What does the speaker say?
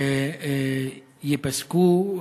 ייפסקו.